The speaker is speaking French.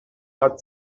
quatre